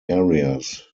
areas